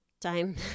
time